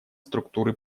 структуры